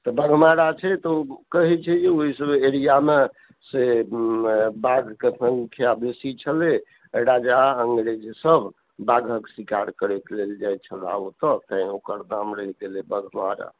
बाघमारा छै तऽ कहै छै ओहि सब एरिआमे से बाघके संख्या बेसी छलै राजा अंग्रेज सब बाघक शिकार करै लेल जाइ छला ओतए तँ ओकर नाम रही गेलै बाघमारा